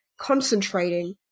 concentrating